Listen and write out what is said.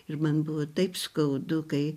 ir man buvo taip skaudu kai